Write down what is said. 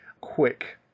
quick